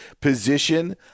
position